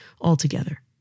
altogether